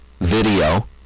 video